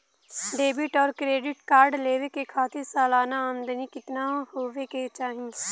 Debit और credit card लेवे के खातिर सलाना आमदनी कितना हो ये के चाही?